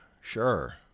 Sure